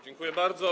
Dziękuję bardzo.